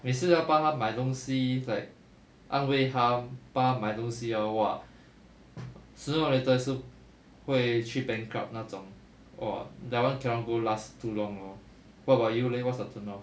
每次要帮她买东西 like 安慰她帮她买东西 hor !wah! soon not later 也是会去 bankrupt 那种 !wah! that [one] cannot go last too long lor what about you leh what's your turn off